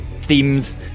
themes